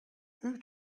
who